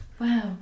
Wow